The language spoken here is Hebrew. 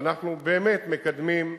ואנחנו באמת מקדמים,